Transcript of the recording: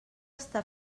està